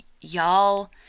y'all